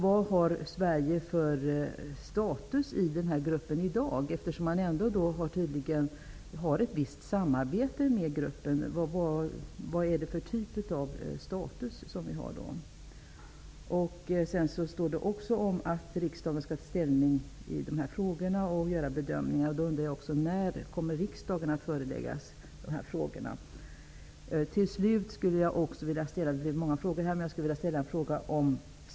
Vad har Sverige för status i den här gruppen i dag? Vi har tydligen ett visst samarbete med gruppen. Det sades också att riksdagen skall ta ställning i de här frågorna och göra bedömningar. Jag undrar när riksdagen kommer att föreläggas dessa frågor.